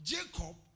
Jacob